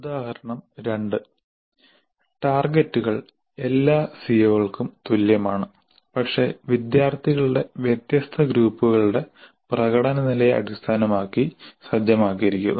ഉദാഹരണം 2 ടാർഗെറ്റുകൾ എല്ലാ സിഒമാർക്കും തുല്യമാണ് പക്ഷേ വിദ്യാർത്ഥികളുടെ വ്യത്യസ്ത ഗ്രൂപ്പുകളുടെ പ്രകടന നിലയെ അടിസ്ഥാനമാക്കി സജ്ജമാക്കിയിരിക്കുന്നു